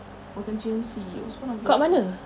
bukan J&C it was one of the